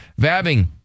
Vabbing